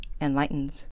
enlightens